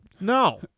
No